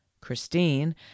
christine